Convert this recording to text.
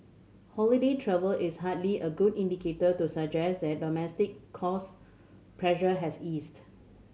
holiday travel is hardly a good indicator to suggest that domestic cost pressure has eased